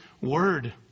word